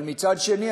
אבל מצד שני,